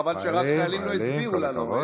חבל שחיילים לא הצביעו לנו.